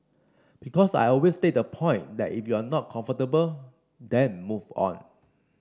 because I always take the point that if you're not comfortable then move on